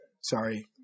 Sorry